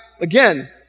again